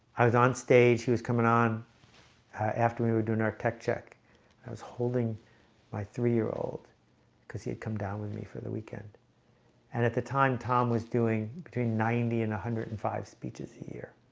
i was on stage he was coming on after we were doing our tech check i was holding my three-year-old because he had come down with me for the weekend and at the time tom was doing between ninety and one hundred and five speeches a year.